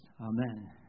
Amen